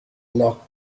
look